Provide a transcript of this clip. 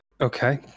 Okay